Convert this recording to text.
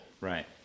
Right